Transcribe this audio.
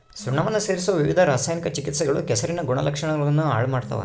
ಸುಣ್ಣವನ್ನ ಸೇರಿಸೊ ವಿವಿಧ ರಾಸಾಯನಿಕ ಚಿಕಿತ್ಸೆಗಳು ಕೆಸರಿನ ಗುಣಲಕ್ಷಣಗುಳ್ನ ಹಾಳು ಮಾಡ್ತವ